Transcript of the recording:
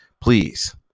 Please